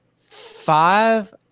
five